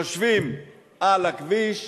יושבים על הכביש,